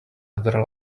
other